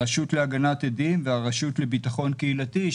הרשות להגנת עדים והרשות לביטחון קהילתי.